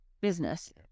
business